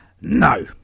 no